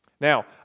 Now